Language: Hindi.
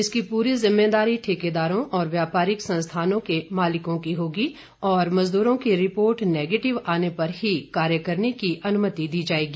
इसकी पूरी जिम्मेदारी ठेकेदारों और व्यापारिक संस्थानों के मालिकों की होगी और मजदूरों की रिपोर्ट नेगेटिव आने पर ही कार्य करने की अनुमति दी जायेगी